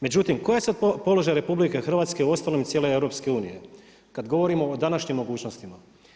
Međutim, koji je sad položaj RH uostalom i cijele EU kada govorimo o današnjim mogućnostima?